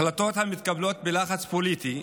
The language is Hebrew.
החלטות המתקבלות בלחץ פוליטי,